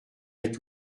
est